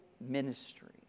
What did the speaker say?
ministry